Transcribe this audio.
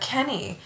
Kenny